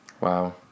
Wow